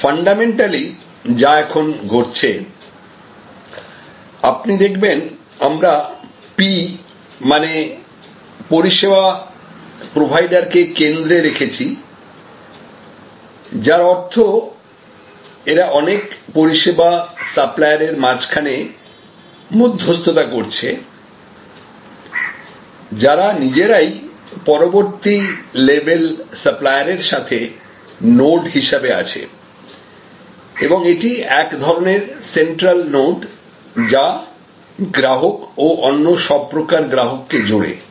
fundamentally যা এখন ঘটছে আপনি দেখবেন আমরা P মানে পরিষেবা প্রোভাইডার কে কেন্দ্রে রেখেছি যার অর্থ এরা অনেক পরিষেবা সাপ্লাইয়ারের মাঝখানে মধ্যস্থতা করছে যারা নিজেরাই পরবর্তী লেবেল সাপ্লাইয়ারের সাথে নোড হিসাবে আছে এবং এটি এক ধরনের সেন্ট্রাল নোড যা গ্রাহক ও অন্য সব প্রকার গ্রাহককে জোড়ে